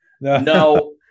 No